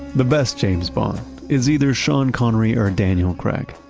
the best james bond is either sean connery or daniel craig.